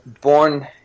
born